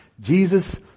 Jesus